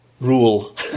rule